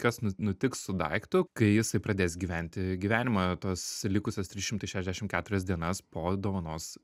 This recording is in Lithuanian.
kas nu nutiks su daiktu kai jisai pradės gyventi gyvenimą tos likusias trys šimtai šešiasdešimt keturias dienas po dovanos